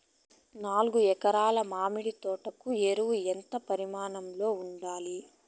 నాలుగు ఎకరా ల మామిడి తోట కు ఎరువులు ఎంత పరిమాణం లో ఉండాలి?